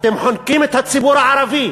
אתם חונקים את הציבור הערבי.